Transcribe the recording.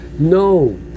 No